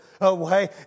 away